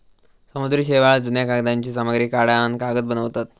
समुद्री शेवाळ, जुन्या कागदांची सामग्री काढान कागद बनवतत